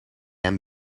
een